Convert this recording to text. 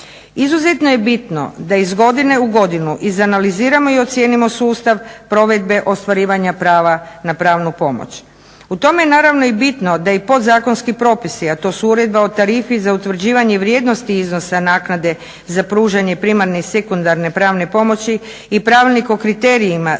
Izuzetno je bitno da iz godine u godinu izanaliziramo i ocijenimo sustav provedbe ostvarivanja prava na pravnu pomoć. U tome je naravno i bitno da i podzakonski propisi, a to su Uredba o tarifi za utvrđivanje vrijednosti iznosa naknade za pružanje primarne i sekundarne pravne pomoći i Pravilnik o kriterijima za